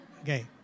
Okay